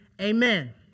Amen